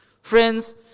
Friends